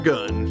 Gun